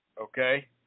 okay